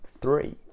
three